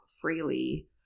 freely